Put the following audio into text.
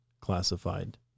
classified